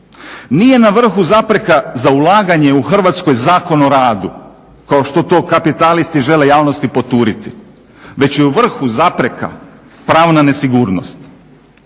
Nije na vrhu zapreka za ulaganje u Hrvatskoj Zakon o radu kao što to kapitalisti žele javnosti poturiti već je u vrhu zapreka pravna nesigurnost,